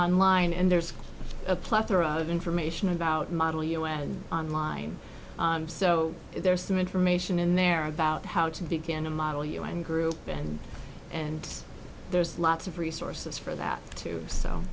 online and there's a plethora of information about model us on line so there's some information in there about how to begin a model year and group and and there's lots of resources for that to so